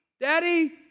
Daddy